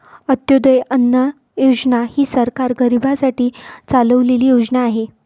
अंत्योदय अन्न योजना ही सरकार गरीबांसाठी चालवलेली योजना आहे